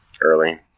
early